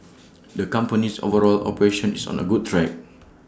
the company's overall operation is on A good track